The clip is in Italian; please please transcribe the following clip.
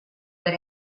per